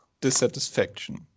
dissatisfaction